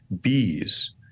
bees